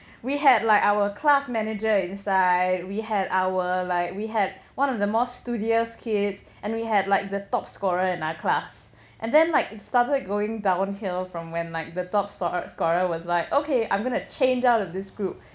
we had like our class manager inside we had our like we had one of the most studious kids and we had like the top scorer in our class and then like started going downhill from when like the top scor~ scorer was like okay I'm going to change out of this group